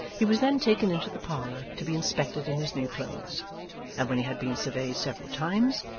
he was then taken into the parlour to be inspected in his new clothes and when he had been surveyed several times,